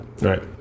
Right